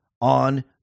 on